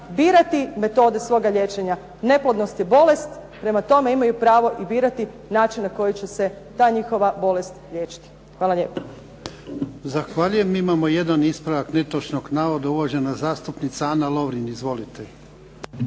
birati metode svoga liječenja. Neplodnost je bolest, prema tome imaju pravo i birati način na koji će se ta njihova bolest liječiti. Hvala lijepo. **Jarnjak, Ivan (HDZ)** Zahvaljujem. Imamo jedan ispravak netočnog navoda, uvažena zastupnika Ana Lovrin. **Lovrin,